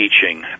teaching